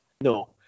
No